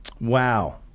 Wow